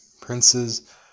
princes